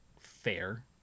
Fair